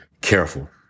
Careful